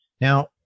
now